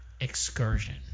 excursion